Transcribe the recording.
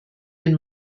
den